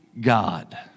God